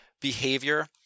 behavior